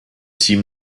team